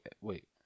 wait